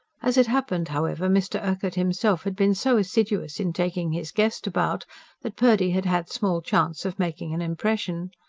as it happened, however, mr. urquhart himself had been so assiduous in taking his guest about that purdy had had small chance of making an impression.